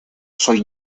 soy